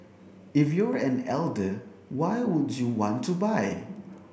if you're an older why would you want to buy